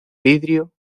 vidrio